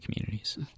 communities